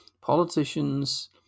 politicians